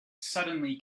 suddenly